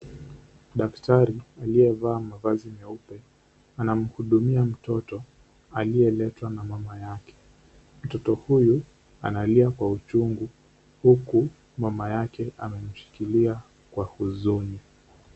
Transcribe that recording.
Daktari aliyevaa mavazi meupe anamhudumia mtoto aliyeletwa na mama yake. Mtoto huyu analia kwa uchungu huku mama yake amemshikilia kwa huzuni.